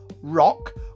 rock